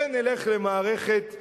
ונלך למערכת בחירות.